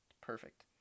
Perfect